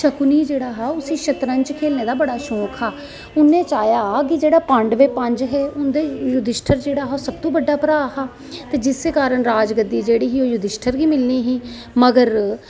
शकुनी जेहड़ा हा उसी शतंरज खेलने दा बड़ा शौक हा उन्हें चाहेआ कि जेहडे़ पांडब पंज है उंदे च युधिश्ठर जेहड़ा सब तों बड्डा भ्रा हा ते जिस कारण राजगद्दी जेहड़ी ही ओह् युधिश्ठर गी मिलनी ही मगर